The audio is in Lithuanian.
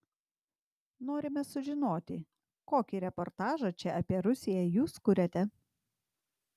norime sužinoti kokį reportažą čia apie rusiją jūs kuriate